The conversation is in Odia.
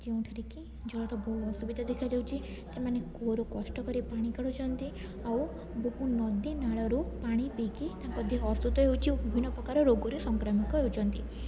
ଯେଉଁଠାରେ କି ଜଳର ବହୁ ଅସୁବିଧା ଦେଖାଯାଉଛି ଏମାନେ କୂଅରୁ କଷ୍ଟ କରି ପାଣି କାଢୁଛନ୍ତି ଆଉ ବହୁ ନଦୀ ନାଳରୁ ପାଣି ପିଇକି ତାଙ୍କ ଦେହ ଅସୁସ୍ଥ ହେଉଛି ଓ ବିଭିନ୍ନ ପ୍ରକାର ରୋଗରେ ସଂକ୍ରମିତ ହେଉଛନ୍ତି